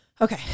Okay